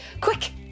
Quick